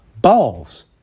balls